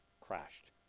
crashed